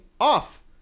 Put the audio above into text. off